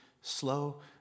slow